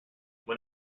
when